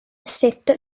sette